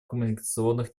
коммуникационных